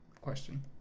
question